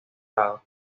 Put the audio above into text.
lados